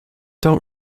don’t